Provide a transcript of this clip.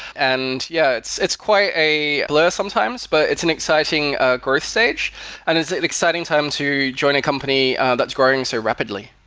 and yeah, it's it's quite a blur sometimes, but it's an exciting growth stage and it's an exciting time to join a company that's growing so rapidly.